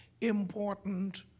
important